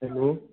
hello